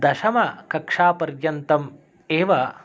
दशमकक्षापर्यन्तम् एव